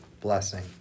blessing